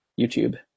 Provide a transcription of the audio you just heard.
YouTube